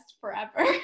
forever